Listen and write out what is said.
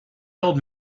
old